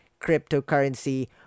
cryptocurrency